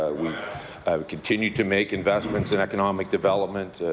ah we've continued to make investments in economic development,